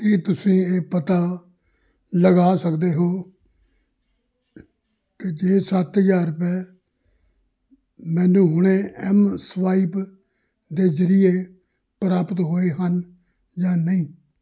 ਕੀ ਤੁਸੀਂਂ ਇਹ ਪਤਾ ਲਗਾ ਸਕਦੇ ਹੋ ਕਿ ਜੇ ਸੱਤ ਹਜ਼ਾਰ ਰੁਪਏ ਮੈਨੂੰ ਹੁਣੇ ਐਮ ਸਵਾਇਪ ਦੇ ਜਰੀਏ ਪ੍ਰਾਪਤ ਹੋਏ ਹਨ ਜਾਂ ਨਹੀਂ